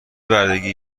بردگی